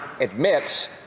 admits